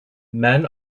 men